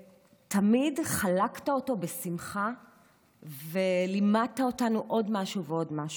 ותמיד חלקת אותו בשמחה ולימדת אותנו עוד משהו ועוד משהו.